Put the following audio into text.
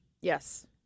Yes